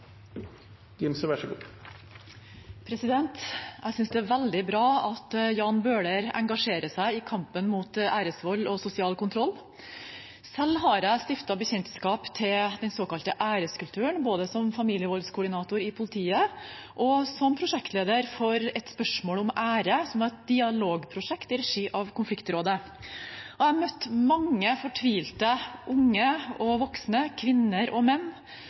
veldig bra at Jan Bøhler engasjerer seg i kampen mot æresvold og sosial kontroll. Selv har jeg stiftet bekjentskap med den såkalte æreskulturen både som familievoldskoordinator i politiet og som prosjektleder for Et spørsmål om ære, som var et dialogprosjekt i regi av konfliktrådet. Jeg har møtt mange fortvilte – unge og voksne, kvinner og menn